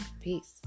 peace